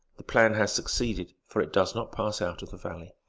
the plan has succeeded, for it does not pass out of the valley.